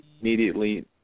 immediately